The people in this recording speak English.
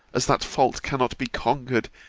as that fault cannot be conquered,